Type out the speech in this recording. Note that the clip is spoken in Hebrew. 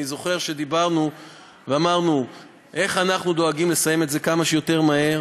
אני זוכר שדיברנו ואמרנו: איך אנחנו דואגים לסיים את זה כמה שיותר מהר?